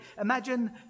Imagine